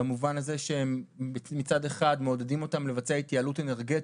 במובן הזה שהם מצד אחד מעודדים אותם לבצע התייעלות אנרגטית,